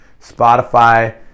Spotify